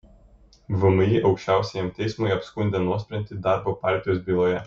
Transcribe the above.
vmi aukščiausiajam teismui apskundė nuosprendį darbo partijos byloje